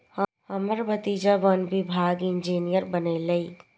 हमर भतीजा वन विभागक इंजीनियर बनलैए